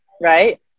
right